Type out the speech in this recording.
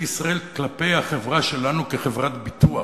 ישראל כלפי החברה שלנו כחברת ביטוח.